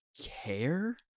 care